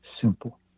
simple